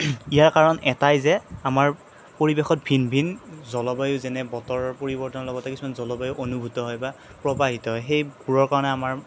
ইয়াৰ কাৰণ এটাই যে আমাৰ পৰিৱেশত ভিন ভিন জলবায়ু যেনে বতৰৰ পৰিৱৰ্তনৰ লগতে কিছুমান জলবায়ু অনুভূত হয় বা প্ৰৱাহিত হয় সেইবোৰৰ কাৰণে আমাৰ